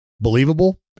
Believable